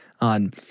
on